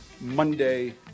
Monday